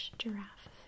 giraffe